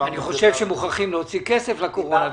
חושב שמוכרחים להוציא כסף לקורונה,